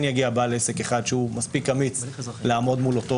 יגיע בעל עסק אחד שהוא מספיק אמיץ לעמוד מול אותו